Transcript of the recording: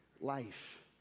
life